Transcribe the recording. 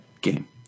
game